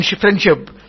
friendship